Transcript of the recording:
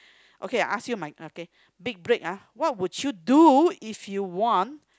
okay ask you mine okay big break ah what would you do if you won